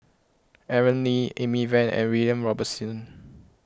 Aaron Lee Amy Van and William Robinson